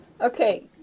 Okay